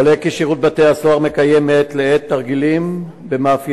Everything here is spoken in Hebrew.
עולה כי שירות בתי-הסוהר מקיים מעת לעת תרגילים במאפיינים